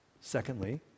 Secondly